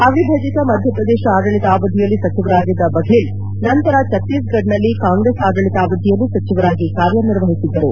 ಅವಿಭಜಿತ ಮಧ್ಯಪ್ರದೇತ ಆಡಳಿತಾವಧಿಯಲ್ಲಿ ಸಚಿವರಾಗಿದ್ದ ಬಫೇಲ್ ನಂತರ ಛತ್ತೀಸ್ಗಢ್ನಲ್ಲಿ ಕಾಂಗ್ರೆಸ್ ಆಡಳಿತಾವಧಿಯಲ್ಲೂ ಸಚಿವರಾಗಿ ಕಾರ್ಯನಿರ್ವಹಿಸಿದ್ದರು